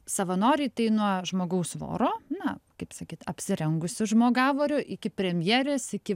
savanoriai tai nuo žmogaus voro na kaip sakyt apsirengusių žmogavoriu iki premjerės iki